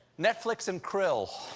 netflix and krill.